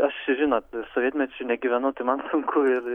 aš žinot sovietmečiu negyvenau tai man sunku ir